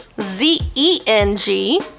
Z-E-N-G